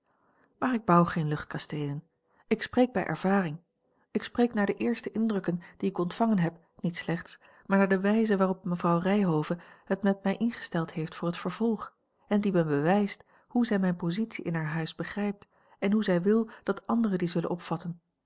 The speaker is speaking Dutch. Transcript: maar ik bouw geen luchtkasteelen ik spreek bij ervaring ik spreek naar de eerste indrukken die ik ontvangen heb niet slechts maar naar de wijze waarop mevrouw ryhove het met mij ingesteld heeft voor het vervolg en die mij bewijst hoe zij mijne positie in haar huis begrijpt en hoe zij wil dat anderen die zullen opvatten